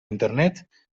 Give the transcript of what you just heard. internet